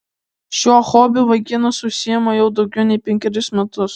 šiuo hobiu vaikinas užsiima jau daugiau nei penkerius metus